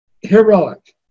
heroic